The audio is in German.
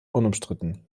unumstritten